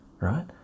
right